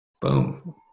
boom